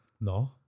No